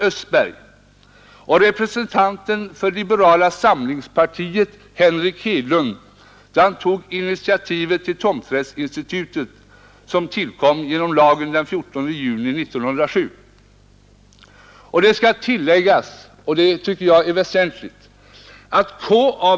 Östberg och representanten för liberala samlingspartiet Henrik Hedlund, då han tog initiativet till tomträttsinstitutet som tillkom genom lagen den 14 juni 149 1907. Och det skall tilläggas, vilket jag tycker är väsentligt, att K.A.